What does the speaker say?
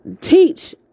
teach